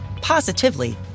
positively